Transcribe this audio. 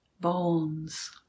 bones